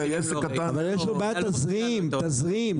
אבל יש לו בעיית תזרים, תזרים.